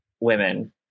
women